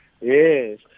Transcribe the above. Yes